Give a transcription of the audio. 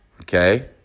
Okay